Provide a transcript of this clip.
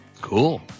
Cool